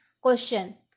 Question